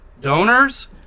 donors